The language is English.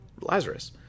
Lazarus